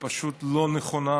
שהיא פשוט לא נכונה,